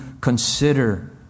consider